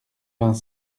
vingt